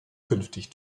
künftig